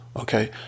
Okay